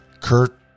Kurt